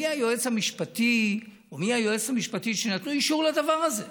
מי היועץ המשפטי או מי היועצת המשפטית שנתנו אישור לדבר הזה.